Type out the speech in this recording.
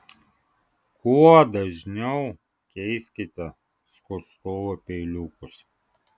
kuo dažniau keiskite skustuvo peiliukus